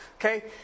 Okay